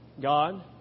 God